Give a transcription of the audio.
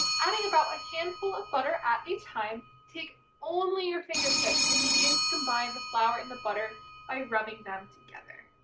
adding about a handful of butter at a time, take only your fingertips and begin to combine the flour and the butter by rubbing them together.